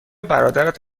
برادرت